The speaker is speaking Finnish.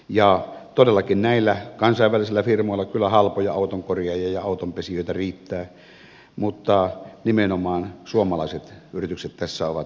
ja todellakin näillä kansainvälisillä firmoilla kyllä halpoja autonkorjaajia ja autonpesijöitä riittää mutta nimenomaan suomalaiset yritykset tässä ovat nyt vaakalaudalla